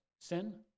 sin